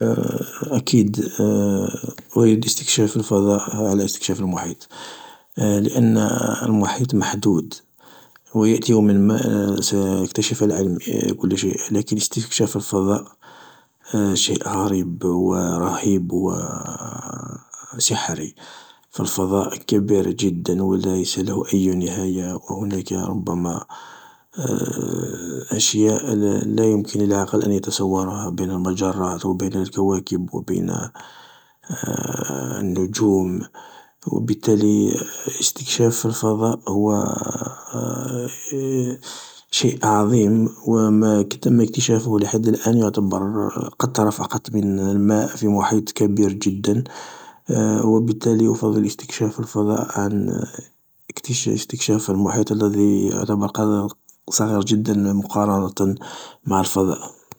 أكيد أريد استكشاف الفضاء على استكشاف المحيط، لان المحيط محدود، و يأتي يوم ما سيكتشف العلم كل شيء. لكن استكشاف الفضاء، شيء غريب و رهيب و سحري، فالفضاء كبير جدا و ليس له اي نهاية، و هناك ربما أشياء لا يمكن للعقل ان يتصورها بين المجرات و بين الكواكب و بين النجوم. و بالتالي استكشاف الفضاء هو شيء عظيم. و ما تم اكتشافه لحد الآن يعتبر قطرة فقط من الماء في محيط كبير جدا، و بالتالي أفضل استكشاف الفضاء عن اكش-اسكتشاف المحيط الذي يعتبر صغيرا جدا مقارنة مع الفضاء.